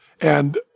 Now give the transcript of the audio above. And-